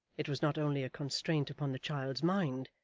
it was not only a constraint upon the child's mind,